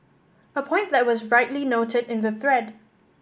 a point that was rightly noted in the thread